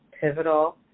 pivotal